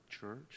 church